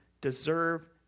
deserve